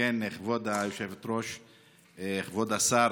כבוד היושבת-ראש, כבוד השר,